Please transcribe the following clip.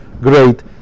great